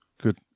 Good